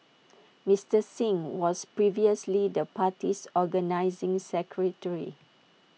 Mister Singh was previously the party's organising secretary